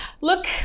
Look